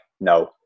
no